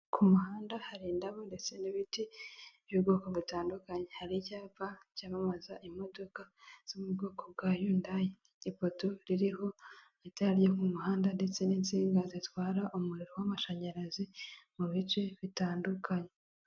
Ku muhanda hari indabo ndetse n'ibiti by'ubwoko butandukanye, hari ibyapa vyamamaza imodoka zo mu bwoko bwa yundayi, ipoto ririho itarari ryo k'umuhanda ndetse n'insinga zitwara umuriro w'amashanyarazi mu bice bitandukanye.